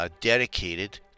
dedicated